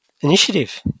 initiative